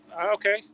okay